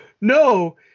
no